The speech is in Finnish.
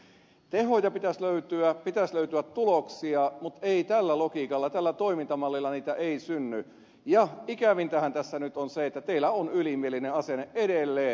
tehoja pitäisi löytyä pitäisi löytyä tuloksia mutta ei tällä logiikalla tällä toimintamallilla niitä synny ja ikävintähän tässä nyt on se että teillä on ylimielinen asenne edelleen